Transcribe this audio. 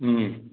ও